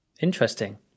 Interesting